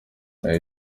naho